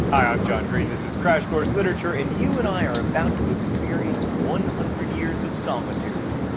hi, i'm john green, this is crash course literature, and you and i are about to experience one hundred years of solitude.